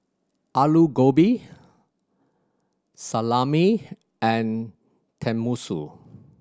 Alu Gobi Salami and Tenmusu